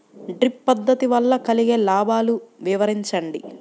Drip పద్దతి వల్ల కలిగే లాభాలు వివరించండి?